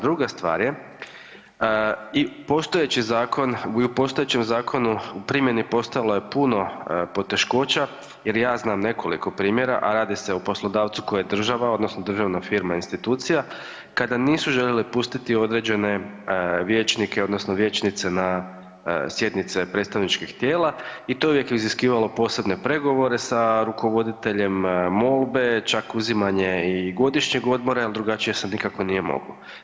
Druga stvar je i postojeći zakon, u postojećem zakonu u primjeni postojalo je puno poteškoća jer ja znam nekoliko primjera, a radi se o poslodavcu koji je država odnosno državna firma, institucija, kada nisu željeli pustiti određene vijećnike odnosno vijećnice na sjednice predstavničkih tijela i to je uvijek iziskivalo posebne pregovore sa rukovoditeljem, molbe, čak uzimanje i godišnjeg odmora jer drugačije se nikako nije moglo.